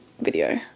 video